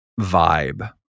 vibe